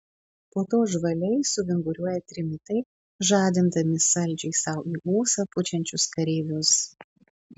po to žvaliai suvinguriuoja trimitai žadindami saldžiai sau į ūsą pučiančius kareivius